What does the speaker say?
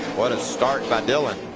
what a start by dillon.